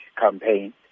campaign